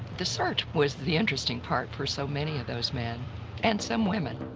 the search was the interesting part for so many of those men and some women.